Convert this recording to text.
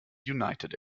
united